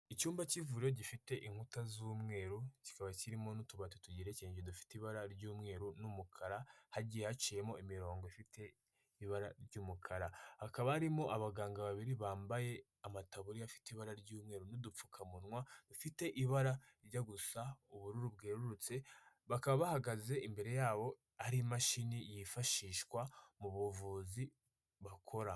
Icyumba cy'ivuriro gifite inkuta z'umweru kikaba kirimo n'utubati tugerekenge dufite ibara ry'umweru n'umukara hagiye haciyemo imirongo ifite ibara ry'umukara. Hakaba harimo abaganga babiri bambaye amataburiye afite ibara ry'umweru n'udupfukamunwa dufite ibara rijya gusa ubururu bwerurutse. Bakaba bahagaze imbere yabo hari imashini yifashishwa mu buvuzi bakora.